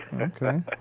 Okay